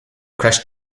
crashed